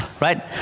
right